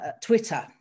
Twitter